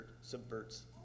subverts